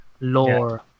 lore